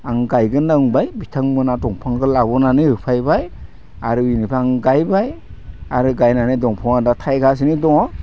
आं गायगोन होनना बुंबाय बिथांमोना दंफांखो लाबोनानै होफायबाय आरो बिनिफ्राय आं गायबाय आरो गायनानै दंफाङा दा थायगासिनो दङ